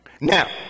now